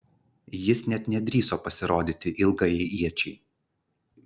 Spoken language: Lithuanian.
jis net nedrįso pasirodyti ilgajai iečiai